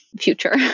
future